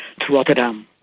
to rotterdam.